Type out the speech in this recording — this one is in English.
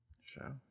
Sure